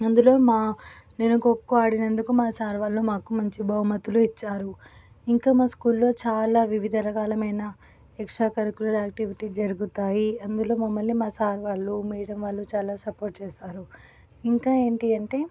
అందులో మా నేను కో కో ఆడినందుకు మా సార్ వాళ్ళు మాకు మంచి బహుమతులు ఇచ్చారు ఇంకా మా స్కూల్లో చాలా వివిధ రకాలైన ఎక్సట్రా కరీకులర్ ఆక్టివిటీస్ జరుగుతాయి అందులో మమ్మల్ని మా సార్ వాళ్ళు మేడం వాళ్ళు చాలా సపోర్ట్ చేస్తారు ఇంకా ఏంటి అంటే